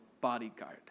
bodyguard